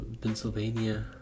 pennsylvania